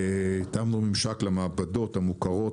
הקמנו ממשק למעבדות המוכרות.